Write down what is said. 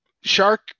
Shark